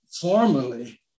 formally